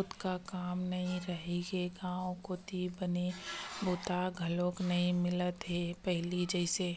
ओतका काम नइ रहिगे गांव कोती बने बूता घलोक नइ मिलत हे पहिली जइसे